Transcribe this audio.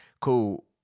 cool